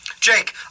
Jake